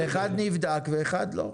אבל אחד נבדק ואחד לא.